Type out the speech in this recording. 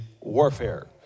warfare